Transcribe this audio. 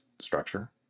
structure